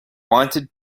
wanted